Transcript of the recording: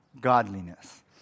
godliness